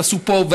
תעשו פה,